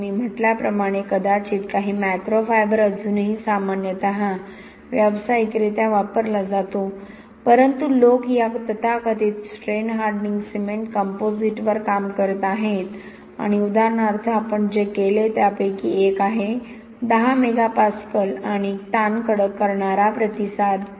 म्हणून मी म्हटल्याप्रमाणे कदाचित काही मॅक्रो फायबर अजूनही सामान्यतः व्यावसायिकरित्या वापरला जातो परंतु लोक या तथाकथित स्ट्रेन हार्डनिंग सिमेंट कंपोझिटवर काम करत आहेत आणि उदाहरणार्थ आपण जे केले त्यापैकी एक आहे 10 मेगापास्कल आणि ताण कडक करणारा प्रतिसाद